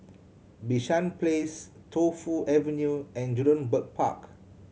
Bishan Place Tu Fu Avenue and Jurong Bird Park